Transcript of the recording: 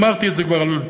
אמרתי את זה כבר מעל